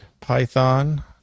Python